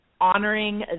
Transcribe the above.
honoring